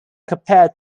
compared